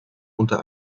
unter